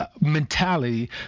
mentality